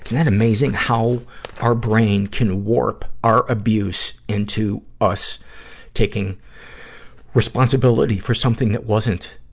that amazing, how our brain can warp our abuse into us taking responsibility for something that wasn't,